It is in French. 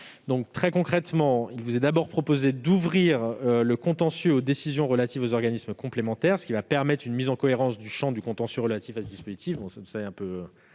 foyer. Très concrètement, il vous est d'abord proposé d'ouvrir le contentieux aux décisions relatives aux organismes complémentaires, ce qui va permettre une mise en cohérence du champ du contentieux relatif à ce dispositif.